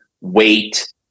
weight